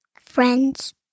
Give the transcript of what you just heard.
Friends